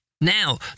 Now